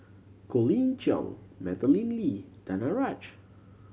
Colin Cheong Madeleine Lee Danaraj